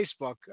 facebook